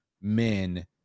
men